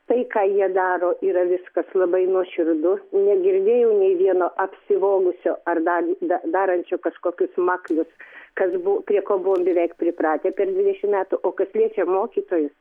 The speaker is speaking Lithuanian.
tai ką jie daro yra viskas labai nuoširdu negirdėjau nei vieno apsivogusio ar dali darančio kažkokius maklius kas buvo prie ko buvom beveik pripratę per dvidešimt metų o kas liečia mokytojus